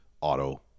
Auto